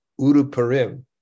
Uruparim